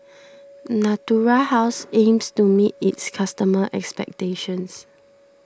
Natura House aims to meet its customers' expectations